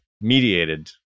mediated